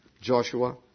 Joshua